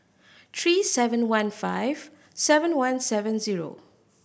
three seven one five seven one seven zero